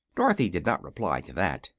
dorothy did not reply to that.